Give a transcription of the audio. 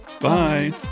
Bye